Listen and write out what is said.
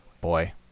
boy